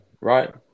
right